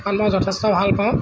এইখন মই যথেষ্ট ভাল পাওঁ